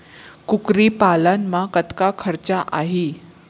कुकरी पालन म कतका खरचा आही?